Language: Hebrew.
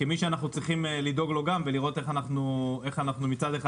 אנחנו צריכים לדאוג גם להם ולראות איך מצד אחד,